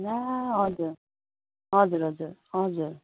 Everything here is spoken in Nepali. ला हजुर हजुर हजुर हजुर